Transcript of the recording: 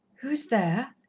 who is there?